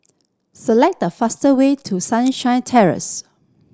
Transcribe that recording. select the faster way to Sunshine Terrace